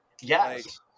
Yes